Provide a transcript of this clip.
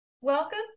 Welcome